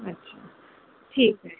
अच्छा ठीक आहे